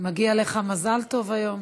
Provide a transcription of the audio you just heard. מגיע לך מזל טוב היום